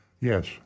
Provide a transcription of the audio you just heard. Yes